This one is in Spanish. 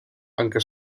aunque